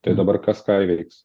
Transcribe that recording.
tai dabar kas ką įveiks